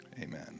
amen